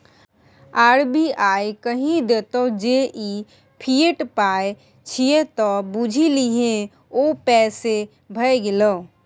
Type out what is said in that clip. RBI कहि देतौ जे ई फिएट पाय छियै त बुझि लही ओ पैसे भए गेलै